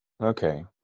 Okay